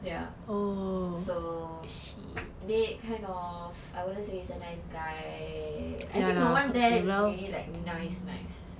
ya so nate kind of I wouldn't say he's a nice guy I think blair is really like minah